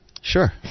Sure